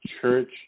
church